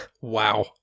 Wow